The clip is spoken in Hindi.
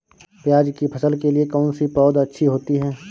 प्याज़ की फसल के लिए कौनसी पौद अच्छी होती है?